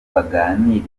baganiriye